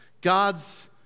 God's